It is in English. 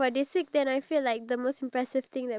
of course I'm gonna be a youtuber